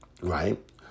right